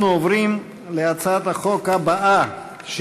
אנחנו עוברים להצעת החוק הבאה: